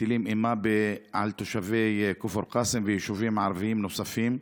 ומטילות אימה על תושבי כפר קאסם ויישובים ערביים נוספים.